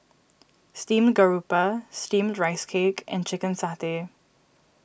Steamed Garoupa Steamed Rice Cake and Chicken Satay